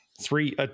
three